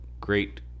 great